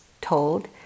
told